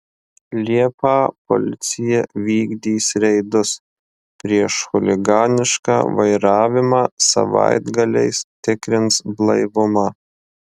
liepą policija vykdys reidus prieš chuliganišką vairavimą savaitgaliais tikrins blaivumą